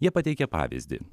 jie pateikia pavyzdį